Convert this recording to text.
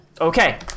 Okay